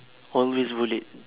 always bullied